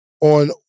on